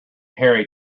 harry